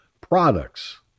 products